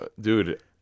Dude